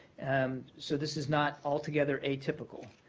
um so this is not altogether atypical.